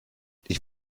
ich